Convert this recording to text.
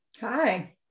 Hi